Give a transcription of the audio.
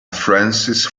francis